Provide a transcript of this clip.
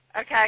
Okay